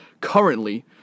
currently